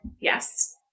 Yes